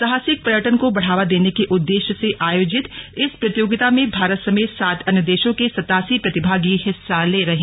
साहसिक पर्यटन को बढ़ावा देने के उद्देश्य से आयोजित इस प्रतियोगिता में भारत समेत सात अन्य देशों के सतासी प्रतिभागी हिस्सा ले रहे हें